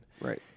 right